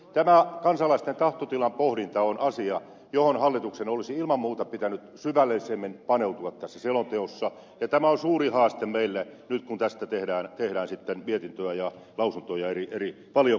tämä kansalaisten tahtotilan pohdinta on asia johon hallituksen olisi ilman muuta pitänyt syvällisemmin paneutua tässä selonteossa ja tämä on suuri haaste meille nyt kun tästä tehdään mietintöä ja lausuntoja eri valiokunnissa